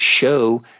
show